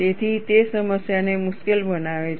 તેથી તે સમસ્યાને મુશ્કેલ બનાવે છે